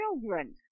children